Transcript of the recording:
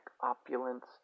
opulence